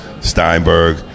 Steinberg